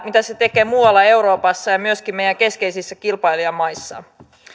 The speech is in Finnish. mitä se on muualla euroopassa ja myöskin meidän keskeisissä kilpailijamaissamme